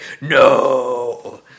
no